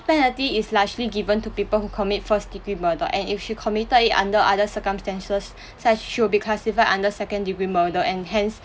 penalty is largely given to people who commit first-degree murder and if you committed it under other circumstances such she'll be classified under second-degree murder and hence